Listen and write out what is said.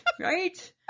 Right